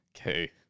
Okay